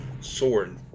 sword